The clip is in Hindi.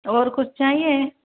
और कुछ चाहिए